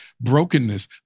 brokenness